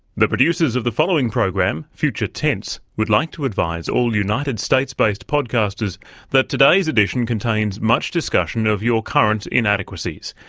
the producers of the following program future tense would like to advise all united states-based podcasters that today's edition contains much discussion of your current inadequacies.